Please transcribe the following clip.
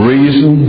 Reason